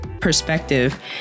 perspective